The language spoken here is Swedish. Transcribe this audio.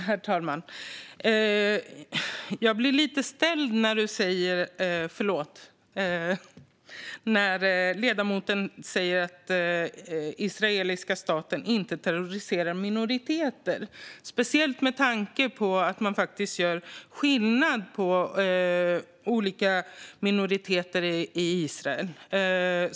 Herr talman! Jag blir lite ställd när ledamoten säger att israeliska staten inte terroriserar minoriteter, speciellt med tanke på att man faktiskt gör skillnad på olika minoriteter i Israel.